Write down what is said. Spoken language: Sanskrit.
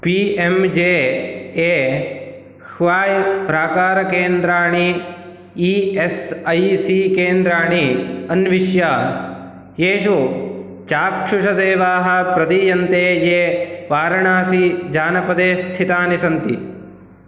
P M J A Y प्राकारकेन्द्राणि ई एस् ऐ सी केन्द्राणि अन्विष्य येषु चाक्षुषसेवाः प्रदीयन्ते ये वारणासी जानपदे स्थितानि सन्ति